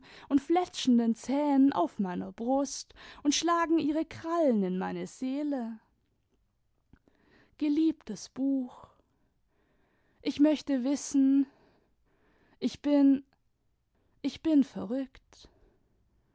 und fletschenden zähnen auf meiner brust und schlagen ihre krallen in meine seele geliebtes buch ich möchte wissen ich bin ich bin verrückt